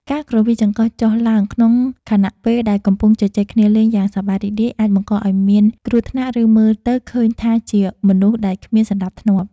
ការគ្រវីចង្កឹះចុះឡើងក្នុងខណៈពេលដែលកំពុងជជែកគ្នាលេងយ៉ាងសប្បាយរីករាយអាចបង្កឱ្យមានគ្រោះថ្នាក់ឬមើលទៅឃើញថាជាមនុស្សដែលគ្មានសណ្តាប់ធ្នាប់។